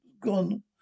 gone